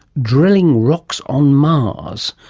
drilling rocks on mars.